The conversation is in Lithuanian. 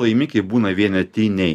laimikiai būna vienetiniai